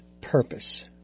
purpose